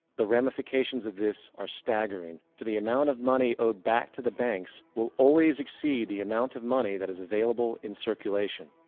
the ramifications of this are staggering, for the amount of money owed back to the banks will always exceed the amount of money that is available in circulation.